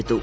എടുത്തു